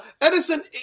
Edison